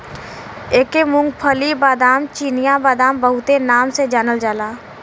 एके मूंग्फल्ली, बादाम, चिनिया बादाम बहुते नाम से जानल जाला